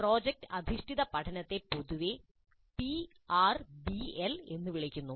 project അധിഷ്ഠിത പഠനത്തെ പൊതുവെ പിആർബിഎൽ എന്ന് വിളിക്കുന്നു